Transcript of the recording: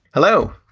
hello.